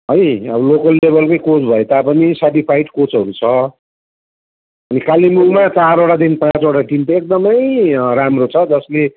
है अब लोकल लेवलकै कोच भए तापनि सर्टिफाइड कोचहरू छ अनि कालिम्पोङमा चारवटादेखि पाँचवटा टिम चाहिँ एकदमै राम्रो छ जसले